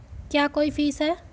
क्या कोई फीस है?